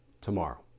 tomorrow